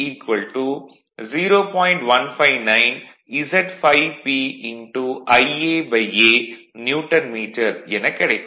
159 Z∅P IaA newton meter எனக் கிடைக்கும்